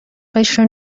قشر